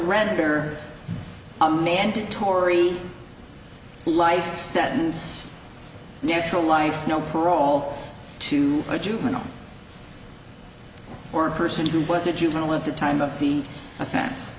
render a mandatory life sentence natural life no parole to a juvenile or a person who was a juvenile at the time of the offen